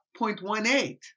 0.18